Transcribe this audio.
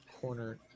corner